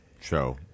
show